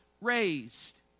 raised